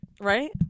Right